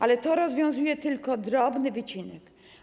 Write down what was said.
Ale to rozwiązuje tylko drobny wycinek.